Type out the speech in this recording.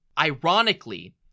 Ironically